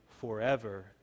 forever